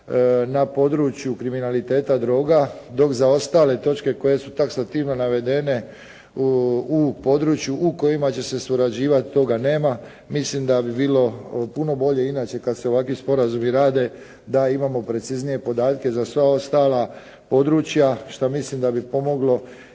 na području kriminaliteta droga dok za ostale točke koje su taksativno navedene u području u kojima će se surađivati toga nema, mislim da bi bilo puno bolje inače kad se ovakvi sporazumi rade da imamo preciznije podatke za sva ostala područja što mislim da bi pomoglo